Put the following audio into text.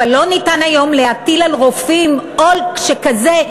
אבל לא ניתן היום להטיל על רופאים עול שכזה,